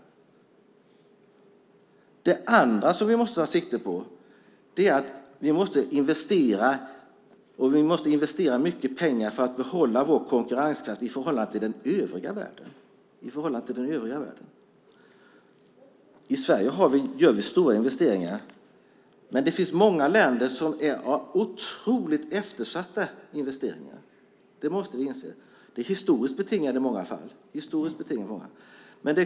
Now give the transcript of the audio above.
Det andra som vi måste ta sikte på är att vi måste investera mycket pengar för att behålla vår konkurrenskraft i förhållande till den övriga världen. I Sverige gör vi stora investeringar. Men det finns många länder som har otroligt eftersatta investeringar. Det måste vi inse. Det är i många fall historiskt betingat.